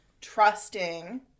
trusting